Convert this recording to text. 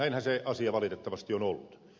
näinhän se asia valitettavasti on ollut